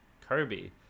Kirby